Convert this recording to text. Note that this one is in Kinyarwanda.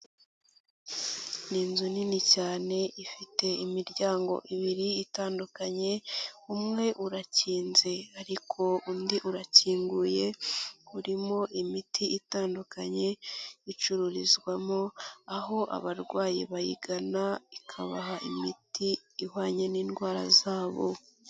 Ni inzu nini cyane ifite imiryango ibiri itandukanye, umwe urakinze ariko undi urakinguye, urimo imiti itandukanye icururizwamo, aho abarwayi bayigana, ikabaha imiti ihwanye n'indwara zabo.